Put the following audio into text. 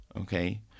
okay